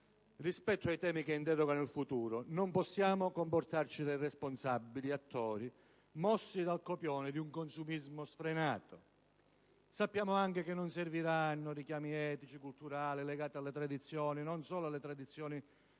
Rispetto ai temi che interrogano il futuro, non possiamo comportarci da irresponsabili, da attori mossi dal copione di un consumismo sfrenato. Sappiamo anche che non serviranno richiami etici e culturali legati alle tradizioni non solo culturali ma anche